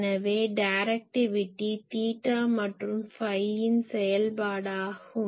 எனவே directivity theta மற்றும் phi யின் செயல்பாடாகும்